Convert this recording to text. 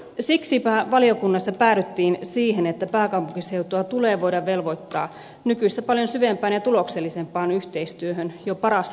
siksipä valiokunnassa päädyttiin siihen että pääkaupunkiseutua tulee voida velvoittaa nykyistä paljon syvempään ja tuloksellisempaan yhteistyöhön jo paras lainkin hengessä